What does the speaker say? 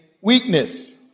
weakness